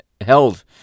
held